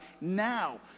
now